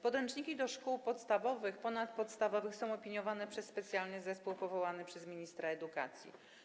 Podręczniki do szkół podstawowych, ponadpodstawowych są opiniowane przez specjalny zespół powołany przez ministra edukacji.